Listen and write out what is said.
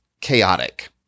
chaotic